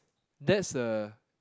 that's a